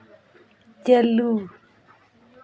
ᱪᱟᱹᱞᱩ